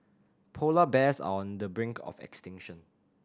polar bears are on the brink of extinction